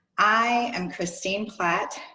i am christine platt,